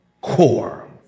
core